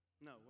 no